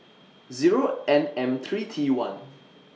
Zero N M three T one